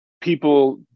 people